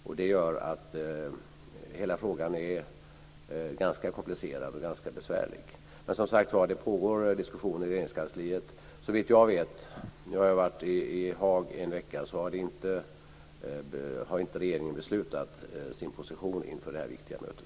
Detta gör att hela frågan är ganska komplicerad och ganska besvärlig. Det pågår, som sagt, diskussioner i Regeringskansliet. Såvitt jag vet - jag har under en vecka varit i Haag - har regeringen inte beslutat sin position inför det här viktiga mötet.